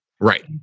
Right